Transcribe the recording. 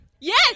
Yes